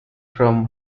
from